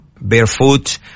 Barefoot